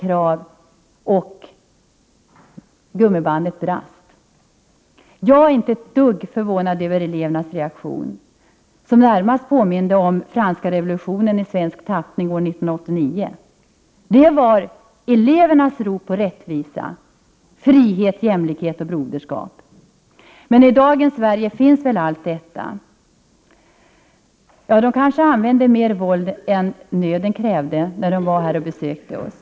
Därför brast gummibandet. Jag är inte det minsta förvånad över elevernas reaktion, som närmast påminde om franska revolutionen i svensk tappningår Prot. 1988/89:63 1989. Det var elevernas rop på rättvisa, frihet, jämlikhet och broderskap. — 8 februari 1989 Men i dagens Sverige finns väl allt detta? Eleverna kanske använde mer våld än nöden krävde när de var här och besökte oss?